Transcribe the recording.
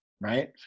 right